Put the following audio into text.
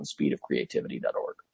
speedofcreativity.org